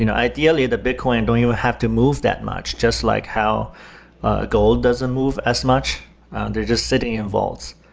you know ideally, the bitcoin don't even have to move that much just like how gold doesn't move as much. they're just sitting in vaults.